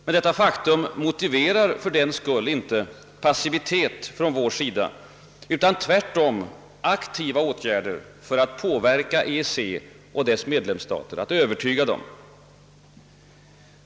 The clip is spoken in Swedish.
Men detta faktum motiverar inte passivitet från vår sida, utan kräver tvärtom aktiva åtgärder för att påverka och övertyga EEC och dess medlemsstater.